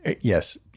yes